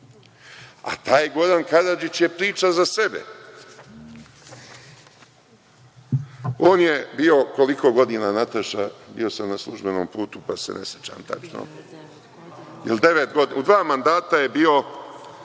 A taj Goran Karadžić je priča za sebe. On je bio, koliko godina Nataša, bio sam na službenom putu pa se ne sećam tačno, u dva mandata je bio